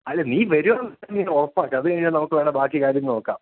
അല്ല നീ വരികയാണെന്നുണ്ടെങ്കിൽ ഉറപ്പാക്കൂ അതുകഴിഞ്ഞിട്ട് നമുക്ക് വേണമെങ്കില് ബാക്കി കാര്യം നോക്കാം